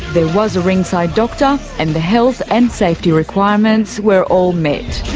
there was a ringside doctor and the health and safety requirements were all met.